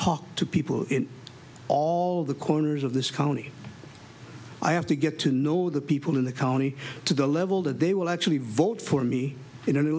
talk to people all the corners of this county i have to get to know the people in the county to the level that they will actually vote for me